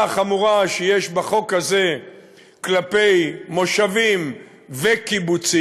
החמורה שיש בחוק הזה כלפי מושבים וקיבוצים,